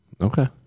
Okay